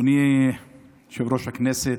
אדוני יושב-ראש הכנסת,